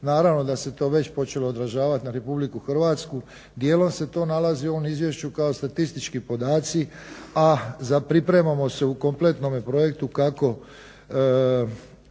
naravno da se to već počelo odražavati na Republiku Hrvatsku. Dijelom se to nalazi u ovom Izvješću kao statistički podaci, a pripremamo se u kompletnome projektu kako